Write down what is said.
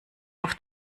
auf